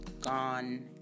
gone